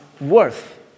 worth